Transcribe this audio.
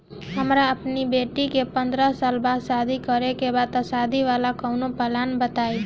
हमरा अपना बेटी के पंद्रह साल बाद शादी करे के बा त शादी वाला कऊनो प्लान बताई?